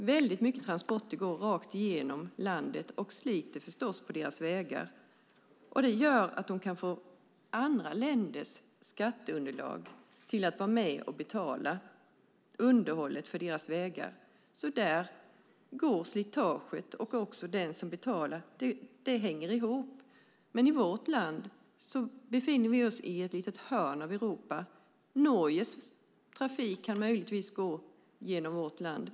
Många transporter går rakt igenom landet, och det sliter förstås på deras vägar. Det gör att de kan få andra länders skatteunderlag att vara med och betala underhållet för deras vägar. Där hänger slitaget ihop med dem som betalar. I vårt land befinner vi oss i ett litet hörn av Europa. Norges trafik kan möjligtvis gå genom vårt land.